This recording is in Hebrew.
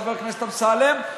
חבר הכנסת אמסלם,